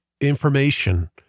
information